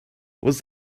was